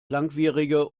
langwierige